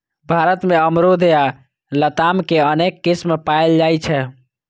भारत मे अमरूद या लताम के अनेक किस्म पाएल जाइ छै